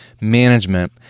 management